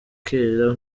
kera